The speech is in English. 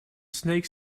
snake